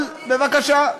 אבל, בבקשה.